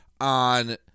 on